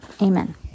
Amen